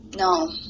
No